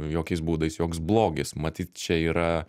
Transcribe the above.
jokiais būdais joks blogis matyt čia yra